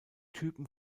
typen